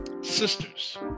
Sisters